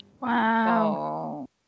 Wow